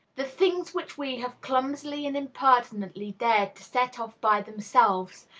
the things which we have clumsily and impertinently dared to set off by themselves,